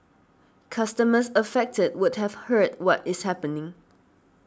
customers affected would have heard what is happening